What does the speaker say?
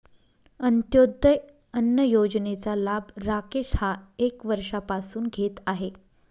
अंत्योदय अन्न योजनेचा लाभ राकेश हा एक वर्षापासून घेत आहे